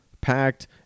packed